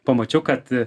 pamačiau kad